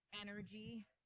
energy